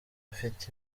afite